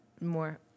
more